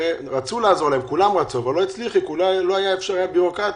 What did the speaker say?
הרי רצו לעזור להם כולם אבל הייתה בירוקרטיה.